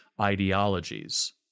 ideologies